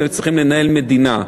וצריכים לנהל מדינה.